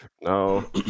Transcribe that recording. no